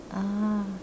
ah